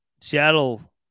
Seattle